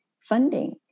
funding